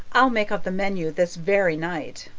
i'll make out the menu this very night.